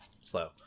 slow